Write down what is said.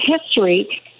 history